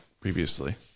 previously